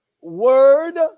word